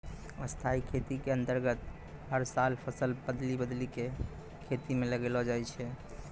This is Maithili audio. स्थाई खेती के अन्तर्गत हर साल फसल बदली बदली कॅ खेतों म लगैलो जाय छै